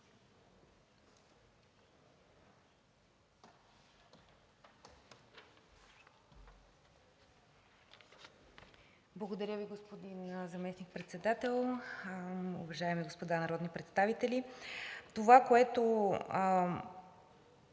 Благодаря Ви, господин Заместник-председател. Уважаеми господа народни представители, това, което